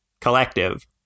collective